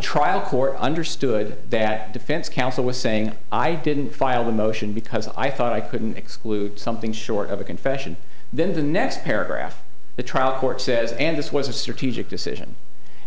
trial court understood that defense counsel was saying i didn't file the motion because i thought i couldn't exclude something short of a confession then the next paragraph the trial court says and this was a certificate decision